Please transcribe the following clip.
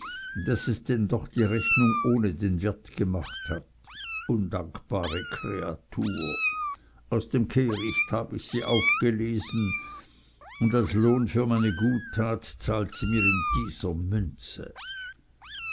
daß es denn doch die rechnung ohne den wirt gemacht hat undankbare kreatur aus dem kehricht hab ich sie aufgelesen und als lohn für meine guttat zahlt sie mir in dieser münze